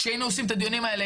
כשהיינו עושים את הדיונים האלה,